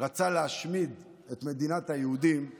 רצה להשמיד את עם ישראל,